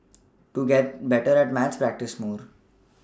to get better at maths practise more